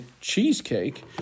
cheesecake